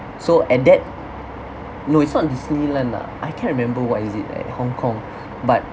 so and that no it's not disneyland lah I can't remember what is it at hongkong but